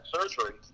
surgery